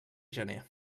gener